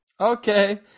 Okay